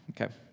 Okay